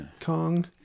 Kong